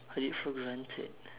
I did for granted